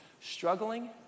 Struggling